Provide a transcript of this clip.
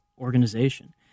Organization